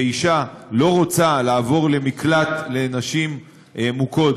ואישה לא רוצה לעבור למקלט לנשים מוכות,